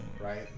Right